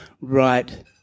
right